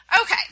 Okay